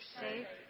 safe